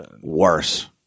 Worse